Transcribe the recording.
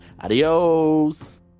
Adios